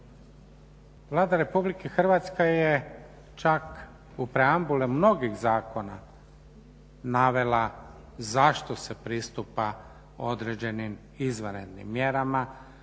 Vlada Republike Hrvatske je čak u preambuli mnogih zakona navela zašto se pristupa određenim izvanrednim mjerama.